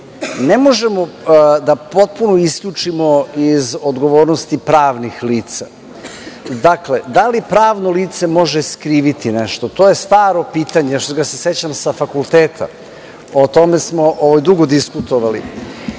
ne možemo potpuno da isključimo iz odgovornosti pravnih lica. Da li pravno lice može skriviti nešto? To je staro pitanje. Tog pitanja se sećam sa fakulteta. O tome smo dugo diskutovali.